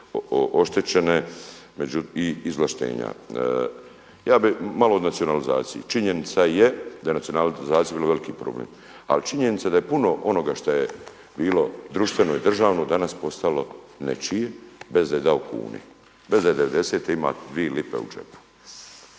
oštećene i izvlaštenja. Ja bih malo o nacionalizaciji. Činjenica je da je nacionalizacija vrlo veliki problem, ali činjenica je da je puno onoga što je bilo društveno i državno danas postalo nečije bez da je dao kune, bez da je 90. imao 2 lipe u džepu.